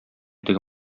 теге